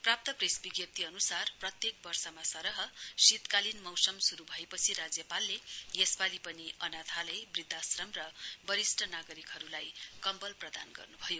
प्राप्त विज्ञप्ती अनुसार प्रत्येक वर्षमा साह शीतकालीन मौसम शुरु भएपछि राज्यपालले यसपाली पनि अनाथालय वृध्दाश्रम र वरिष्ट नागरिकहरुलाई कम्बल प्रदान गर्नुभयो